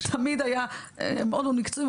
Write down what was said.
תמיד היה מאוד מקצועי,